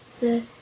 the—